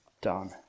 done